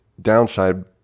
downside